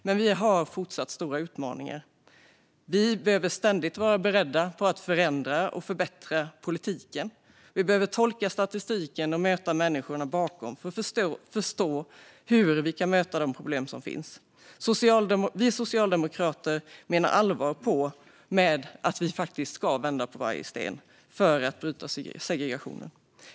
Men vi har fortsatt stora utmaningar. Vi behöver ständigt vara beredda att förändra och förbättra politiken. Vi behöver tolka statistiken och möta människorna bakom för att förstå hur vi kan möta de problem som finns. Vi socialdemokrater menar allvar med att vi ska vända på varje sten för att bryta segregationen.